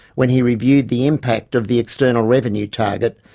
when he reviewed the impact of the external revenue target,